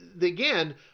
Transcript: again